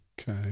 Okay